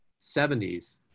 70s